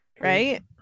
Right